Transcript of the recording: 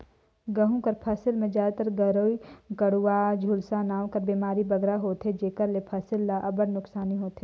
गहूँ कर फसिल में जादातर गेरूई, कंडुवा, झुलसा नांव कर बेमारी बगरा होथे जेकर ले फसिल ल अब्बड़ नोसकानी होथे